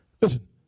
Listen